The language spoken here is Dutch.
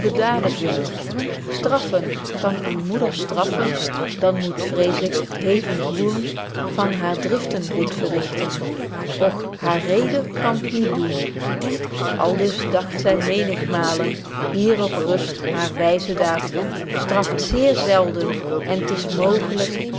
daaden vindt straffen kan een moeder straffen dan moet vrees ik t hevig woên van haar driften dit verrichten och haar reden kan t niet doen aldus dagt zy menigmalen hier op rust haar wyzen raad straft zeer zelden en is t mooglyk